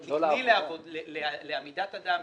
הוא תיקני לעמידת אדם,